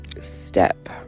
step